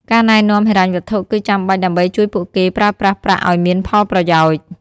ការណែនាំហិរញ្ញវត្ថុគឺចាំបាច់ដើម្បីជួយពួកគេប្រើប្រាស់ប្រាក់ឱ្យមានផលប្រយោជន៍។